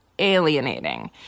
Alienating